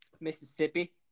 Mississippi